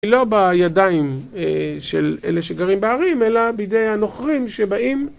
לא בידיים של אלה שגרים בערים, אלא בידי הנוכרים שבאים